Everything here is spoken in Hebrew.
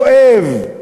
כואב.